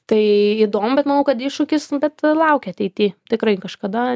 tai įdomu bet manau kad iššūkis nu bet laukia ateity tikrai kažkada